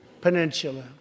Peninsula